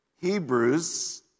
Hebrews